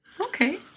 Okay